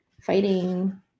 fighting